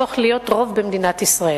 תהפוך להיות רוב במדינת ישראל.